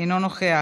אינו נוכח,